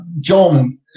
john